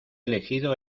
elegido